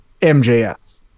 MJF